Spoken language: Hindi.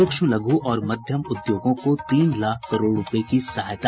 सूक्ष्म लघु और मध्यम उद्योगों को तीन लाख करोड़ रूपये की सहायता